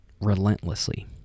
relentlessly